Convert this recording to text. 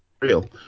real